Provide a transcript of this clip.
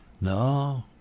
No